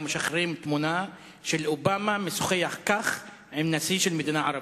משחררים תמונה של אובמה משוחח כך עם נשיא של מדינה ערבית.